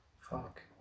fuck